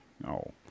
No